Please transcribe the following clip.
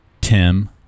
Tim